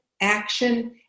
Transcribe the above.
action